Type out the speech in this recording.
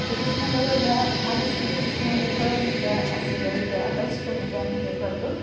তহ কিছুমান ড্ৰাইভৰ বেয়া ভাল আছিল কিছুমান ড্ৰাইভাৰ আমি বেয়া আছিলে বেয়া পাইছোঁ আমি তেনেকে ড্ৰাইভাৰটোক